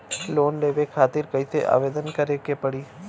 Loan लेवे खातिर कइसे आवेदन करें के पड़ी?